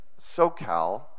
SoCal